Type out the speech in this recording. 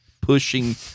pushing